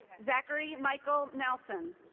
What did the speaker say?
zachary michael nelsen.